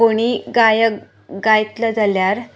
कोणीय गायक गायतलो जाल्यार